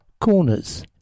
Corners